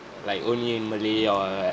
like only in malay or